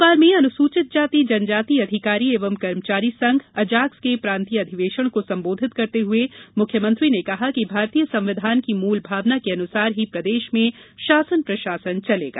भोपाल में अनुसूचित जाति जनजाति अधिकारी एवं कर्मचारी संघ अजाक्स के प्रांतीय अधिवेशन को संबोधित करते हुए मुख्यमंत्री ने कहा कि भारतीय संविधान की मूल भावना के अनुसार ही प्रदेश में शासन प्रशासन चलेगा